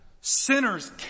sinners